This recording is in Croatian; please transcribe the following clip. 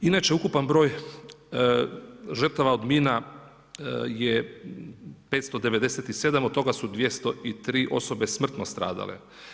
Inače, ukupan broj žrtava od mina je 597, od toga su 203 osobe smrtno stradale.